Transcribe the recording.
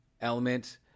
element